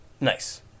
nice